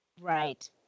Right